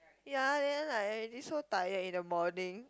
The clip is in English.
ya then like already so tired in the morning